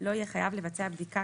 לא יהיה חייב לבצע בדיקה